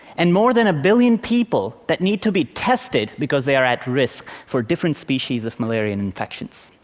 and more than a billion people that need to be tested because they are at risk for different species of malarial infections.